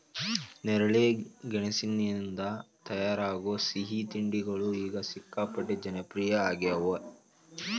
ನೇರಳೆ ಗೆಣಸಿನಿಂದ ತಯಾರಾಗೋ ಸಿಹಿ ತಿಂಡಿಗಳು ಈಗ ಸಿಕ್ಕಾಪಟ್ಟೆ ಜನಪ್ರಿಯ ಆಗ್ಯಾವ